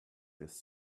this